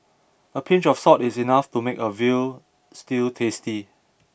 a pinch of salt is enough to make a veal stew tasty